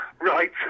right